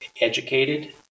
educated